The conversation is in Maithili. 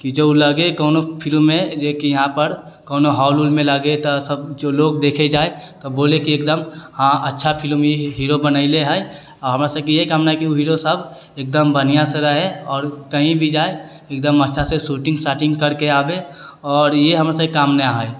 कि जे लगै कोनो फिलिममे कि जेकि इहाँपर कोनो हॉल उलमे लगे तऽ सब जे लोक देखऽ जाइ तऽ बोलै कि एकदम हँ अच्छा फिलिम हीरो बनेलै हइ हमरा सबके यही कामना हइ कि ओ हीरोसब एकदम बढ़िआँसँ रहै आओर कहीँ भी जाइ एकदम अच्छासँ शूटिङ्ग शाटिङ्ग करिके आबै आओर ई हमरा सबके कामना हइ